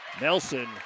Nelson